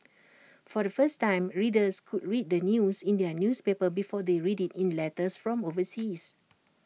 for the first time readers could read the news in their newspaper before they read IT in letters from overseas